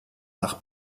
nach